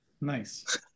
nice